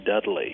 Dudley